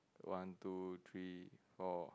one two three four